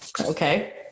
Okay